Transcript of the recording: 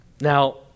Now